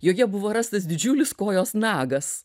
joje buvo rastas didžiulis kojos nagas